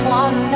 one